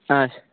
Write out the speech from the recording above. آچھ